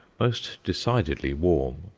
most decidedly warm,